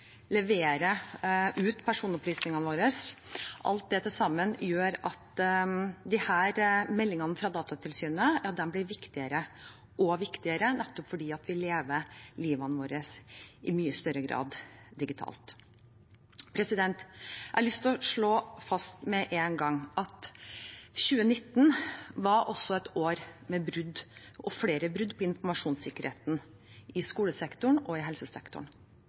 ut personopplysningene våre – til sammen gjør alt dette at disse meldingene fra Datatilsynet blir viktigere og viktigere, fordi vi lever livet vårt i stadig større grad digitalt. Jeg har lyst å slå fast med en gang at 2019 var et år med flere brudd på informasjonssikkerheten i skolesektoren og helsesektoren.